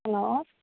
hello